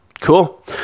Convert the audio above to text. cool